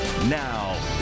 Now